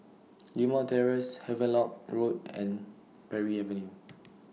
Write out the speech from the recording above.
Limau Terrace Havelock Road and Parry Avenue